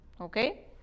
Okay